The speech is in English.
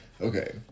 Okay